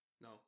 No